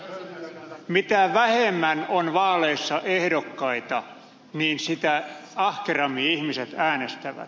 mutta ministeri brax mitä vähemmän on vaaleissa ehdokkaita sitä ahkerammin ihmiset äänestävät